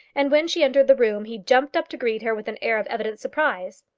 and when she entered the room he jumped up to greet her with an air of evident surprise.